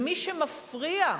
ומי שמפריע,